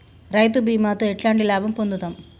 రైతు బీమాతో ఎట్లాంటి లాభం పొందుతం?